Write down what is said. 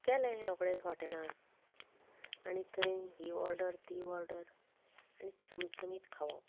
गेले रोखडेंच हॉटेलांत आनी थंय ही ओर्डर ती ओर्डर आनी चमचमीत खावप